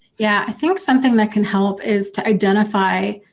yeah, i think something that can help is to identify.